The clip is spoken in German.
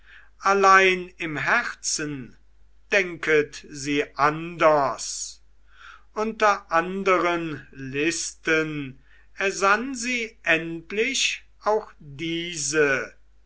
allein im herzen denket sie anders unter anderen listen ersann sie endlich auch diese